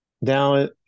Now